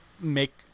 make